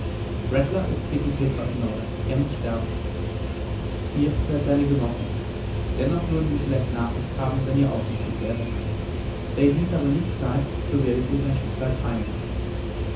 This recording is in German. rattler ist klekih petras mörder er muß sterben ihr seid seine genossen dennoch würden wir vielleicht nachsicht haben wenn ihr aufrichtig wäret da ihr dies aber nicht seid so werdet ihr sein schicksal teilen